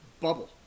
bubble